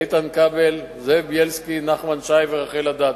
איתן כבל, זאב בילסקי, נחמן שי ורחל אדטו.